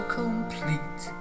complete